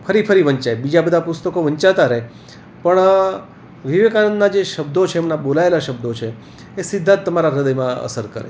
ફરી ફરી વંચાય બીજા બધાં પુસ્તકો વંચાતા રહે પણ વિવેકાનંદના જે શબ્દો છે એમના બોલાયેલા શબ્દો છે એ સીધા જ તમારા હૃદયમાં અસર કરે